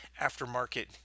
aftermarket